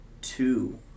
two